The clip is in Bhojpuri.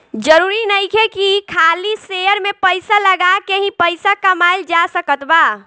जरुरी नइखे की खाली शेयर में पइसा लगा के ही पइसा कमाइल जा सकत बा